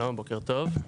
בוקר טוב.